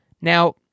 Now